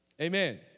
Amen